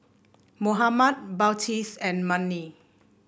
Muhammad Balqis and Murni